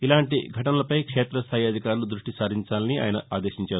ఇలాంటి ఘటనలపై క్షేతస్థాయి అధికారులు దృష్టిసారించాలని ఆయన ఆదేశించారు